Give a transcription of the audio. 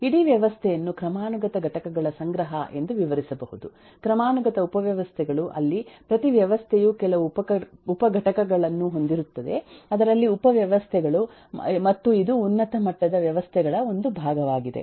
ಇಡೀ ವ್ಯವಸ್ಥೆಯನ್ನು ಕ್ರಮಾನುಗತ ಘಟಕಗಳ ಸಂಗ್ರಹ ಎಂದು ವಿವರಿಸಬಹುದು ಕ್ರಮಾನುಗತ ಉಪವ್ಯವಸ್ಥೆಗಳು ಅಲ್ಲಿ ಪ್ರತಿ ವ್ಯವಸ್ಥೆಯು ಕೆಲವು ಉಪಘಟಕಗಳನ್ನು ಹೊಂದಿರುತ್ತದೆ ಅದರಲ್ಲಿ ಉಪವ್ಯವಸ್ಥೆಗಳು ಮತ್ತು ಇದು ಉನ್ನತ ಮಟ್ಟದ ವ್ಯವಸ್ಥೆಗಳ ಒಂದು ಭಾಗವಾಗಿದೆ